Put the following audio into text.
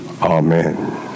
Amen